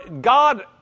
God